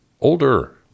older